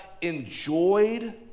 enjoyed